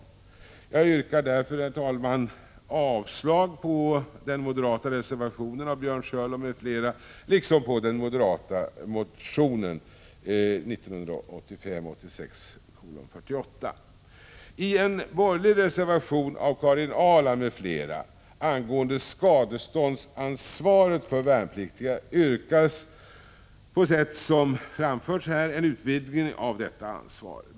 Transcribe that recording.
Jag yrkar därför, herr talman, avslag på den moderata reservationen av Björn Körlof m.fl., liksom på den moderata motionen 1985/86:48. Moderaterna står helt isolerade då de yrkar avslag på propositionen. Som framgår av den moderata reservationen och som även kom till uttryck i Björn detta ansvar.